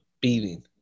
beating